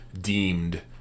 deemed